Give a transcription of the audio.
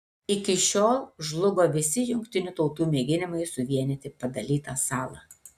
iki šiol žlugo visi jungtinių tautų mėginimai suvienyti padalytą salą